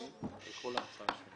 יושבים כאן